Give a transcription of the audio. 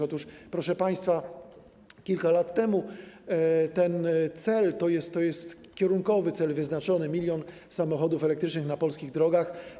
Otóż, proszę państwa, kilka lat temu ten cel, to jest kierunkowy cel, był wyznaczony: milion samochodów elektrycznych na polskich drogach.